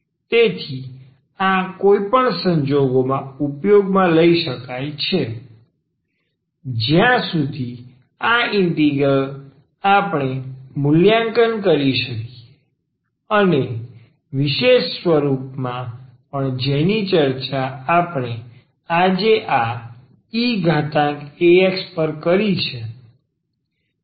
તેથી આ કોઈ પણ સંજોગોમાં ઉપયોગમાં લઈ શકાય છે જ્યાં સુધી આ ઇન્ટિગ્રલ આપણે મૂલ્યાંકન કરી શકીએ અને વિશેષ સ્વરૂપો પણ જેની ચર્ચા આપણે આજે આ eax પર કરી છે